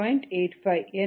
85 என வகுத்தால் 0